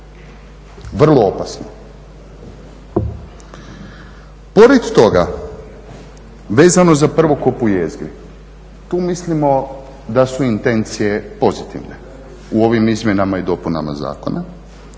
Vrlo opasno. Pored toga, vezano za prvokop u jezgri, tu mislimo da su intencije pozitivne u ovim izmjenama i dopunama zakona.